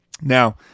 Now